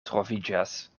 troviĝas